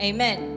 Amen